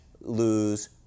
lose